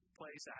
place